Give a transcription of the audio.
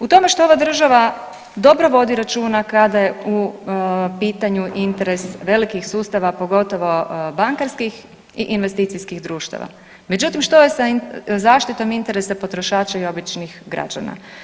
U tome što ova država dobro vodi računa kada je u pitanju interes velikih sustava, pogotovo bankarskih i investicijskih društava, međutim što je sa zaštitom interesa potrošača i običnih građana?